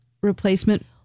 replacement